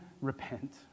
repent